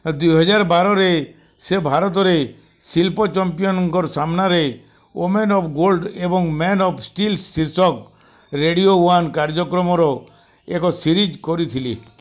ହଁ ଦୁଇ ହଜାର ବାରରେ ସେ ଭାରତରେ ଶିଳ୍ପ ଚାମ୍ପିଅନ୍ଙ୍କର ସାମ୍ନାରେ ଓମେନ୍ ଅଫ୍ ଗୋଲ୍ଡ ଏବଂ ମେନ୍ ଅଫ୍ ଷ୍ଟିଲ୍ ଶୀର୍ଷକ ରେଡିଓ ୱାନ୍ କାର୍ଯ୍ୟକ୍ରମର ଏକ ସିରିଜ୍ କରିଥିଲି